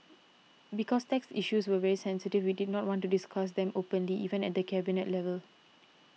because tax issues were very sensitive we did not want to discuss them openly even at the Cabinet level